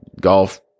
Golf